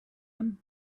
him